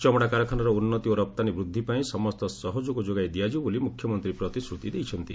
ଚମଡ଼ା କାରଖାନାର ଉନ୍ନତି ଓ ରପ୍ତାନୀ ବୃଦ୍ଧି ପାଇଁ ସମସ୍ତ ସହଯୋଗ ଯୋଗାଇ ଦିଆଯିବ ବୋଲି ମୁଖ୍ୟମନ୍ତ୍ରୀ ପ୍ରତିଶ୍ରତି ଦେଇଛନ୍ତି